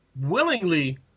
willingly